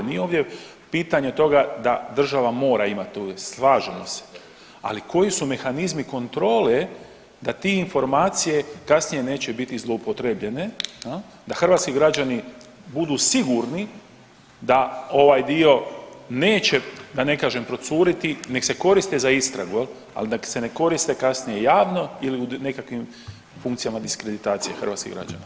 Nije ovdje pitanje toga da država mora imati uvid, slažemo se, ali koji su mehanizmi kontrole da ti informacije kasnije neće biti zloupotrijebljene jel, da hrvatski građani budu sigurni da ovaj dio neće da ne kažem procuriti, nek se koriste za istragu jel, ali nek se ne koriste kasnije javno ili u nekakvim funkcijama diskreditacije hrvatskih građana.